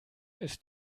ist